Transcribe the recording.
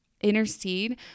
intercede